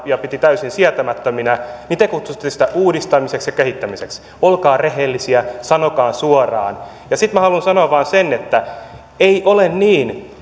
piti täysin sietämättöminä te kutsutte uudistamiseksi ja kehittämiseksi olkaa rehellisiä sanokaa suoraan ja sitten minä haluan sanoa vain sen että ei ole niin